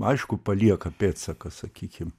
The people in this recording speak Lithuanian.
aišku palieka pėdsaką sakykim